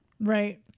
Right